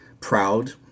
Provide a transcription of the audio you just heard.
proud